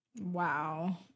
wow